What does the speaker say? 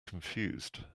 confused